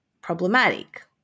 problematic